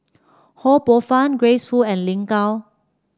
Ho Poh Fun Grace Fu and Lin Gao